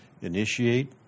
initiate